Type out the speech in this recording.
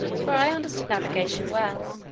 for i understood navigation well,